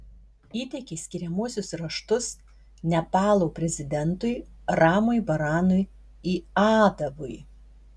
įteikė skiriamuosius raštus nepalo prezidentui ramui baranui yadavui